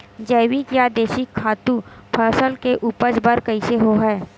जैविक या देशी खातु फसल के उपज बर कइसे होहय?